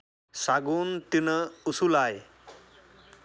ᱥᱟᱹᱜᱩᱱ ᱛᱤᱱᱟᱹᱜ ᱩᱥᱩᱞᱟᱭ